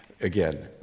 Again